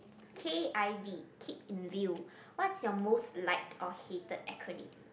k_i_v keep in view what's your most liked or hated acronym